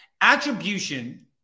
attribution